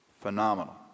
Phenomenal